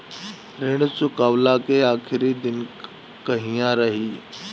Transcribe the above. ऋण चुकव्ला के आखिरी दिन कहिया रही?